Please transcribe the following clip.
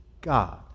God